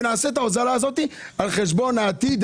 ונכון שיש את הנושא של הירוקים.